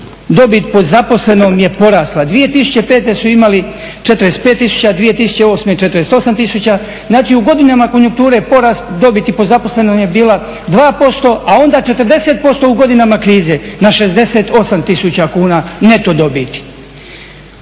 dobit po zaposlenom je porasla. 2005. su imali 45 tisuća, 2008 48 tisuća, znači u godinama konjunkture je porast dobiti po zaposlenom je bila 2% a onda 40% u godinama krize na 68 tisuća kuna neto dobiti.